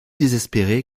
désespérée